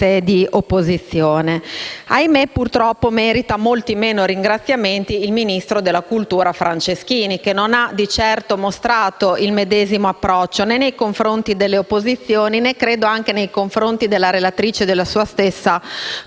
di opposizione. Ahimè, purtroppo, merita molti meno ringraziamenti il ministro della cultura Franceschini, che non ha di certo mostrato il medesimo approccio né nei confronti delle opposizioni né, credo, nei confronti della relatrice, che appartiene